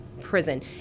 prison